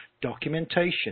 Documentation